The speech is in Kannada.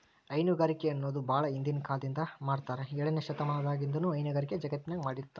ಹೈನುಗಾರಿಕೆ ಅನ್ನೋದು ಬಾಳ ಹಿಂದಿನ ಕಾಲದಿಂದ ಮಾಡಾತ್ತಾರ ಏಳನೇ ಶತಮಾನದಾಗಿನಿಂದನೂ ಹೈನುಗಾರಿಕೆ ಜಗತ್ತಿನ್ಯಾಗ ಮಾಡ್ತಿದಾರ